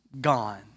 gone